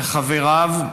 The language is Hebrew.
לחבריו,